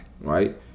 right